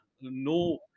no